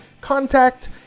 contact